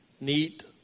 neat